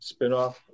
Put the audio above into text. spinoff